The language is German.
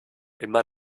immer